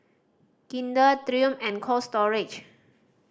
Kinder Triumph and Cold Storage